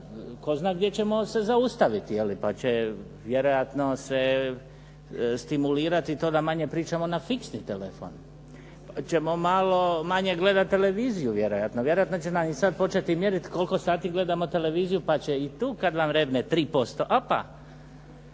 tko zna gdje ćemo se zaustaviti, je li, pa će vjerojatno se stimulirati to da manje pričamo na fiksni telefon, pa ćemo malo manje gledati televiziju vjerojatno, vjerojatno će nam sad početi mjeriti koliko sati gledamo televiziju pa će i tu kad vam rezne 3%, opa.